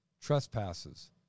trespasses